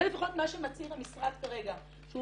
זה לפחות מה שמצהיר המשרד כרגע שהוא